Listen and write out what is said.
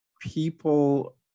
people